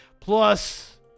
plus